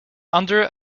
under